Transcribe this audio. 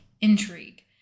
Intrigue